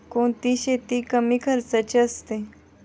कोणती शेती कमी खर्चाची असते?